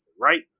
right